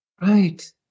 Right